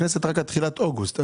הכנסת היא רק עד תחילת אוגוסט.